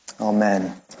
Amen